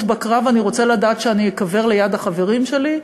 בקרב אני רוצה לדעת שאני אקבר ליד החברים שלי,